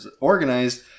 organized